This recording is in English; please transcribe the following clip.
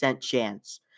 chance